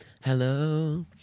Hello